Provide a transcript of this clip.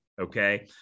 okay